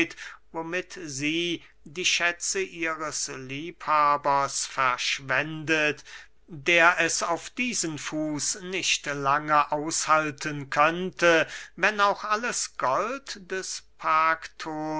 womit sie die schätze ihres liebhabers verschwendet der es auf diesen fuß nicht lange aushalten könnte wenn auch alles gold des